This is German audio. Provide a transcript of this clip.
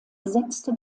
setzte